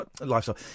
Lifestyle